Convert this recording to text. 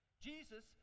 Jesus